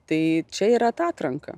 tai čia yra atatranka